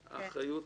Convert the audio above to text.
התשע"ח-2017,